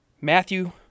Matthew